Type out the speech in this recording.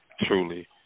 truly